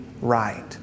right